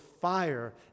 fire